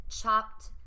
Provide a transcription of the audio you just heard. chopped